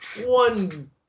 One